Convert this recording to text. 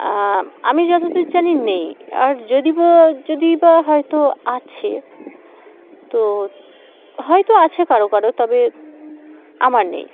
আমি যতদূর জানি নেই আর যদি বা যদি বা হয়তো আছে তো হয়তো আছে কারো কারো তবে আমার নেই